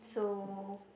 so